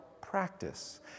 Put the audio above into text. practice